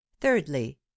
thirdly